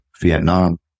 Vietnam